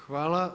Hvala.